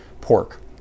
pork